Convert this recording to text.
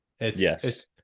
Yes